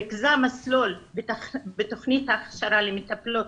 ריכזה מסלול בתוכנית הכשרה למטפלות